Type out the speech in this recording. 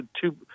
two